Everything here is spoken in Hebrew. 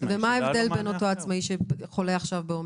לעצמאי שלא היה לו מענה אחר.